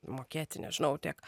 mokėti nežinau tiek